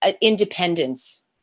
independence